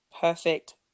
Perfect